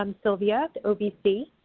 um silvia, ovc.